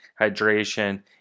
hydration